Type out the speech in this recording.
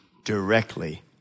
Directly